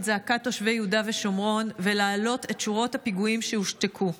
זעקת תושבי יהודה ושומרון ולהעלות את שורות הפיגועים שהושתקו.